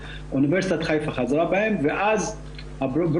אחד מהמקומות שיש בהם אחוזים מאוד נמוכים הוא מדעי הטבע